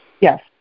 Yes